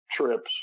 trips